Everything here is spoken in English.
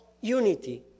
unity